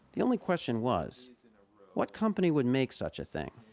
the only question was what company would make such a thing?